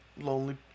lonely